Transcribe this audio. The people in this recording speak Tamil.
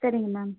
சரிங்க மேம்